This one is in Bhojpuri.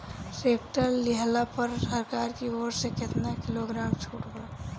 टैक्टर लिहला पर सरकार की ओर से केतना किलोग्राम छूट बा?